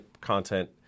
content